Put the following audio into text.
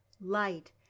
light